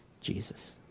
Jesus